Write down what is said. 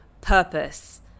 purpose